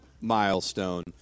milestone